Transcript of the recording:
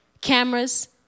cameras